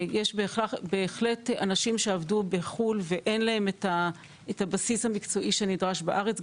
יש בהחלט אנשים שעבדו בחו"ל ואין להם את הבסיס המקצועי שנדרש בארץ,